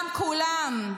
כולם, כולם.